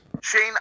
Shane